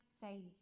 saves